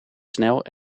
snel